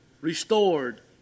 restored